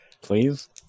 Please